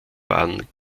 waren